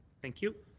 thank you.